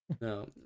No